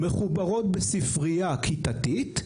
מחוברות בספרייה כיתתית,